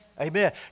Amen